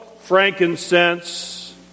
frankincense